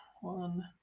One